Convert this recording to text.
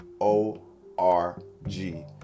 O-R-G